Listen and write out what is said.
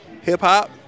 Hip-hop